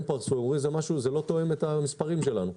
הם אמרו שזה לא תואם את המספרים שיש להם.